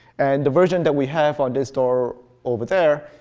and the version that we have on this store over there,